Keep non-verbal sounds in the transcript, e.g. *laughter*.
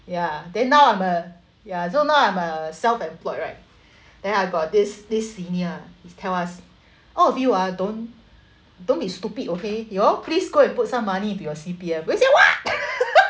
ya then now I'm a ya so now I'm a self-employed right then I got this this senior he tell us all of you ah don't don't be stupid okay you all please go and put some money into your C_P_F we said what *laughs*